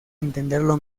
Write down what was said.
entenderlo